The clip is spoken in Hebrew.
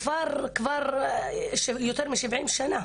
הכפר מתקיים כבר למעלה מ-70 שנה,